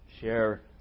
share